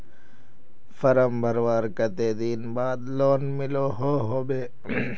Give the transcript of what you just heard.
Form भरवार कते दिन बाद लोन मिलोहो होबे?